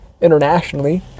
internationally